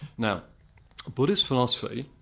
now buddhist philosophy,